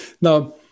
Now